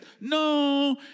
No